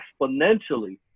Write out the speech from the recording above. exponentially